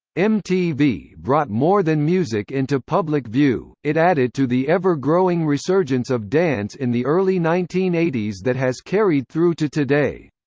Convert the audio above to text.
mtv brought more than music into public view, it added to the ever-growing resurgence of dance in the early nineteen eighty s that has carried through to today.